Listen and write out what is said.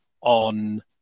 on